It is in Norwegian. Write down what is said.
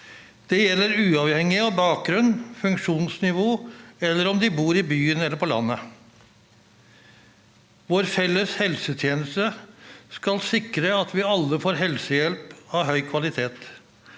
Det gjelder uavhengig av bakgrunn, funksjonsnivå eller om de bor i byen eller på landet. Vår felles helsetjeneste skal sikre at vi alle får helsehjelp av høy kvalitet.